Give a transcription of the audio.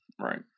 Right